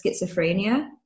schizophrenia